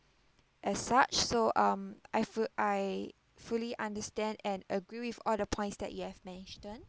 as such so um I full I fully understand and agree with all the points that you have mentioned